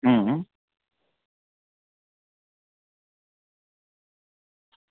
હમ હમ